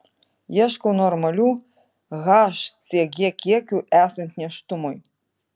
ieškau normalių hcg kiekių esant nėštumui